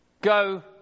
Go